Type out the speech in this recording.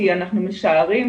כי אנחנו משערים,